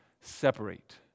separate